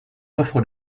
offres